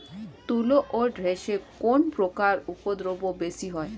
তুলো ও ঢেঁড়সে কোন পোকার উপদ্রব বেশি হয়?